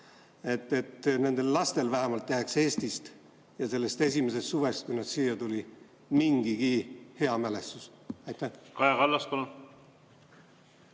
et nendel lastel vähemalt jääks Eestist ja sellest esimesest suvest, kui nad siia tulid, mingigi hea mälestus? Kaja